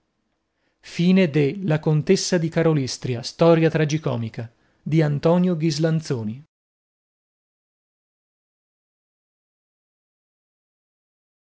title la contessa di karolystria storia tragicomica author antonio ghislanzoni